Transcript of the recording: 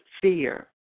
fear